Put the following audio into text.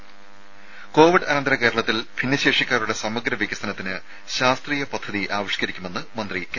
ത കോവിഡ് അനന്തര കേരളത്തിൽ ഭിന്നശേഷിക്കാരുടെ സമഗ്ര വികസനത്തിന് ശാസ്ത്രീയ പദ്ധതി ആവിഷ്കരിക്കുമെന്ന് മന്ത്രി കെ